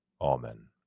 Amen